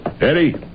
Eddie